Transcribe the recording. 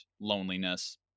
loneliness